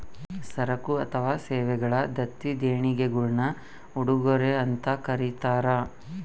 ಸರಕು ಅಥವಾ ಸೇವೆಗಳ ದತ್ತಿ ದೇಣಿಗೆಗುಳ್ನ ಉಡುಗೊರೆ ಅಂತ ಕರೀತಾರ